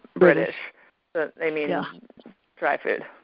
british, but they mean dry food.